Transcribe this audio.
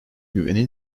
güveni